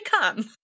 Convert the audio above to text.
come